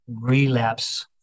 relapse